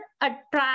attract